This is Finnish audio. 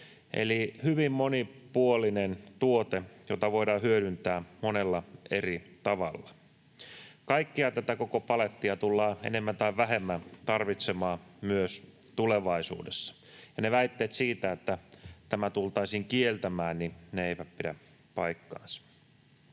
Eli hyvin monipuolinen tuote, jota voidaan hyödyntää monella eri tavalla. Kaikkea tätä, koko palettia, tullaan enemmän tai vähemmän tarvitsemaan myös tulevaisuudessa, ja väitteet siitä, että tämä tultaisiin kieltämään, eivät pidä paikkaansa.